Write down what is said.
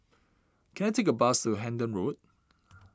can I take a bus to Hendon Road